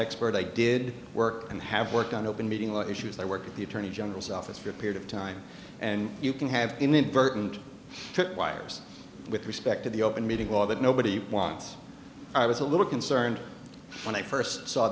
expert i did work and have worked on open meeting the issues i work at the attorney general's office for a period of time and you can have inadvertent trip wires with respect to the open meetings law that nobody wants i was a little concerned when i first saw